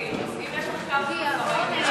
חוק מאוד חשובה,